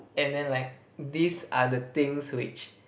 and then like these are the things which